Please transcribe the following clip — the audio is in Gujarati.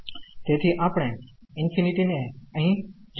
તેથી આપણે ∞ ને અહી જોય શકતા નથી